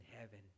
heaven